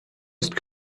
ist